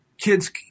kids